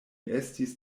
estis